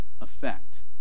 effect